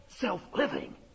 self-living